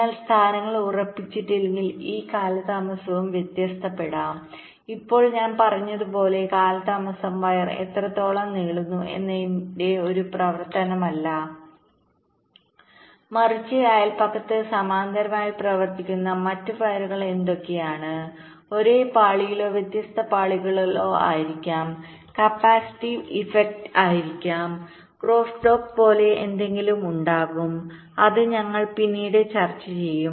എന്നാൽ സ്ഥാനങ്ങൾ ഉറപ്പിച്ചിട്ടില്ലെങ്കിൽ ഈ കാലതാമസവും വ്യത്യാസപ്പെടാം ഇപ്പോൾ ഞാൻ പറഞ്ഞതുപോലെ കാലതാമസം വയർ എത്രത്തോളം നീളുന്നു എന്നതിന്റെ ഒരു പ്രവർത്തനമല്ല മറിച്ച് അയൽപക്കത്ത് സമാന്തരമായി പ്രവർത്തിക്കുന്ന മറ്റ് വയറുകൾ എന്തൊക്കെയാണ് ഒരേ പാളിയിലോ വ്യത്യസ്ത പാളികളിലോ ആയിരിക്കാം അവിടെ കപ്പാസിറ്റീവ് ഇഫക്റ്റ്ആയിരിക്കും ക്രോസ് ടോക്ക് പോലെ എന്തെങ്കിലും ഉണ്ടാകും അത് ഞങ്ങൾ പിന്നീട് ചർച്ച ചെയ്യും